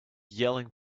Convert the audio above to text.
yelling